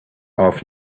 off